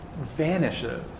vanishes